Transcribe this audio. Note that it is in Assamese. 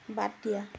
বাদ দিয়া